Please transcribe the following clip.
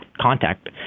contact